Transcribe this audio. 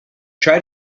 try